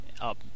up